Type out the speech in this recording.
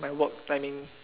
my work timing